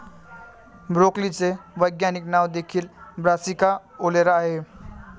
ब्रोकोलीचे वैज्ञानिक नाव देखील ब्रासिका ओलेरा आहे